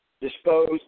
disposed